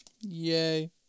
Yay